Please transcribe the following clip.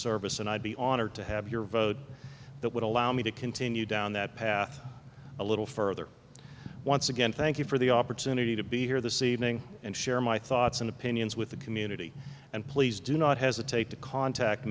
service and i'd be honored to have your vote that would allow me to continue down that path a little further once again thank you for the opportunity to be here this evening and share my thoughts and opinions with the community and please do not hesitate to contact